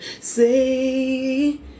say